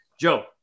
Joe